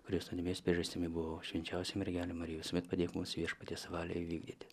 kuris animės priežastimi buvau švenčiausia mergele marija padėk mums viešpaties valią įvykdyti